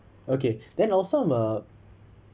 okay then I'm also a